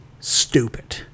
stupid